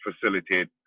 facilitate